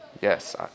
Yes